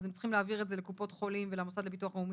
אז הם צריכים להעביר את זה לקופות חולים ולמוסד לביטוח לאומי.